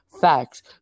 facts